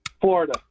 Florida